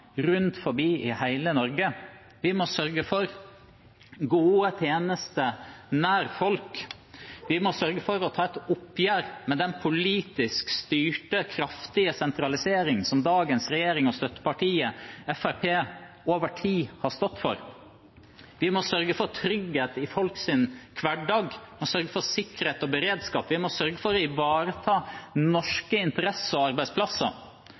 rundt omkring i hele Norge. Vi må sørge for gode tjenester nær folk. Vi må sørge for å ta et oppgjør med den politisk styrte, kraftige sentraliseringen som dagens regjering og støttepartiet, Fremskrittspartiet, over tid har stått for. Vi må sørge for trygghet i folks hverdag og sørge for sikkerhet og beredskap. Vi må sørge for å ivareta norske interesser og arbeidsplasser.